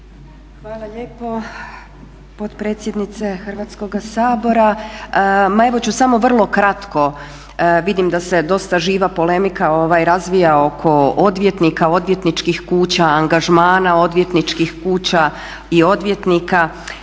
Hvala lijepo potpredsjednice Hrvatskoga sabora. Ma evo ću samo vrlo kratko, vidim da se dosta živa polemika razvija oko odvjetnika, odvjetničkih kuća, angažmana odvjetničkih kuća i odvjetnika.